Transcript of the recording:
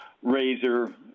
razor